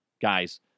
guys